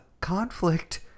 conflict